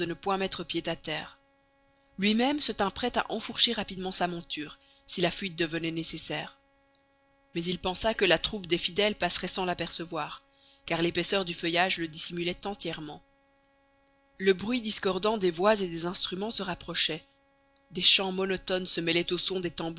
point mettre pied à terre lui-même se tint prêt à enfourcher rapidement sa monture si la fuite devenait nécessaire mais il pensa que la troupe des fidèles passerait sans l'apercevoir car l'épaisseur du feuillage le dissimulait entièrement le bruit discordant des voix et des instruments se rapprochait des chants monotones se mêlaient au son des